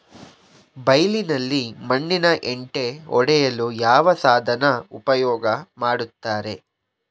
ಬೈಲಿನಲ್ಲಿ ಮಣ್ಣಿನ ಹೆಂಟೆ ಒಡೆಯಲು ಯಾವ ಸಾಧನ ಉಪಯೋಗ ಮಾಡುತ್ತಾರೆ?